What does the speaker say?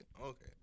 Okay